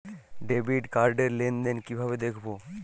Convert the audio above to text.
Debit card র লেনদেন কিভাবে দেখবো?